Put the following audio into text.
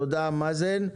תודה, מאזן.